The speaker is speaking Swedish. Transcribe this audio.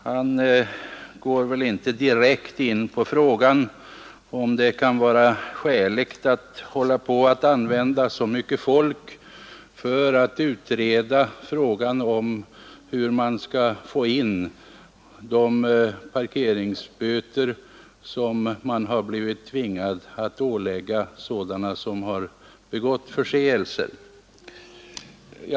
Han går inte direkt in på frågan om det kan vara skäligt att använda så mycket folk som man nu gör för att utreda frågan om hur man skall få in de parkeringsböter man har blivit tvungen att ålägga sådana som begått förseelser.